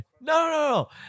no